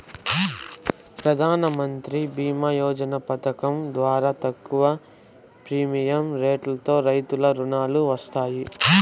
ప్రధానమంత్రి ఫసల్ భీమ యోజన పథకం ద్వారా తక్కువ ప్రీమియం రెట్లతో రైతులకు రుణాలు వస్తాయి